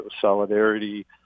solidarity